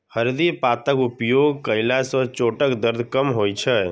हरदि पातक उपयोग कयला सं चोटक दर्द कम होइ छै